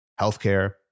Healthcare